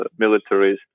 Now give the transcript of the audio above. militaries